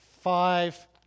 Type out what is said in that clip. five